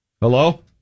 Hello